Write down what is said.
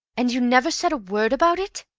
and you never said a word about it!